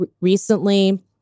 recently